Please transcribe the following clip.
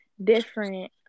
different